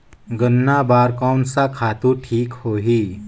गन्ना बार कोन सा खातु ठीक होही?